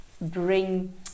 bring